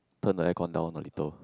turn the aircon down a little